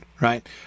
right